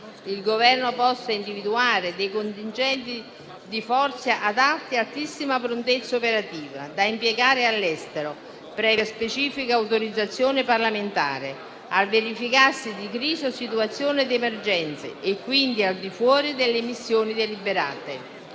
il Governo possa individuare dei contingenti di forza adatti ad altissima prontezza operativa da impiegare all'estero, previa specifica autorizzazione parlamentare, al verificarsi di crisi o situazioni di emergenza e, quindi, al di fuori delle missioni deliberate.